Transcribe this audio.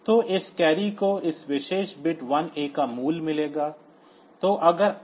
तो इस कैरी को इस विशेष बिट 1A का मूल्य मिलेगा